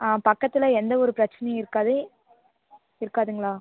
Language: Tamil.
ஆ பக்கத்தில் எந்த ஒரு பிரச்சினையும் இருக்காது இருக்காதுங்களா